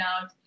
out